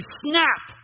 snap